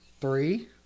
three